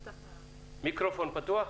בבקשה.